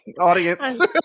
audience